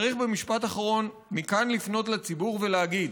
צריך, במשפט אחרון מכאן, לפנות לציבור ולהגיד: